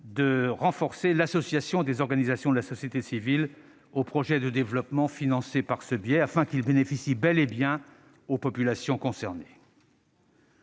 de renforcer l'association des organisations de la société civile aux projets de développement financés par ce biais afin qu'ils bénéficient bel et bien aux populations concernées.